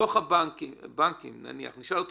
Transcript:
נשאל את הבנקים כמדגם,